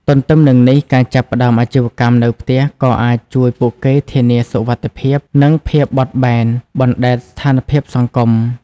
ទន្ទឹមនឹងនេះ ការចាប់ផ្តើមអាជីវកម្មនៅផ្ទះក៏អាចជួយពួកគេធានាសុវត្ថិភាព និងភាពបត់បែនបណ្តែតស្ថានភាពសង្គម។